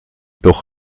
doch